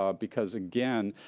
um because, again,